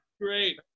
great